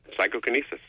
psychokinesis